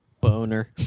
Boner